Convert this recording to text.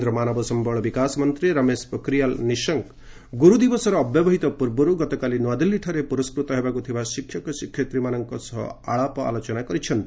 କେନ୍ଦ୍ର ମାନବ ସମ୍ଭଳ ବିକାଶମନ୍ତ୍ରୀ ରମେଶ ପୋଖରିଆଲ ନିଶଙ୍କ ଗୁରୁଦିବସର ଅବ୍ୟବହିତ ପୂର୍ବରୁ ଗତକାଲି ନୂଆଦିଲ୍ଲୀଠାରେ ପୁରସ୍କୃତ ହେବାକୁ ଥିବା ଶିକ୍ଷକ ଶିକ୍ଷୟିତ୍ରୀମାନଙ୍କ ସହ ଆଳାପ ଆଲୋଚନା କରିଛନ୍ତି